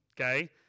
okay